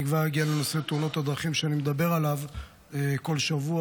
אני כבר אגיע לנושא תאונות הדרכים שאני מדבר עליו כל שבוע.